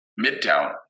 Midtown